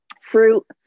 fruit